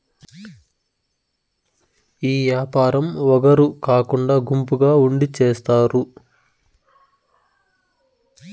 ఈ యాపారం ఒగరు కాకుండా గుంపుగా ఉండి చేత్తారు